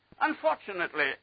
Unfortunately